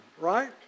right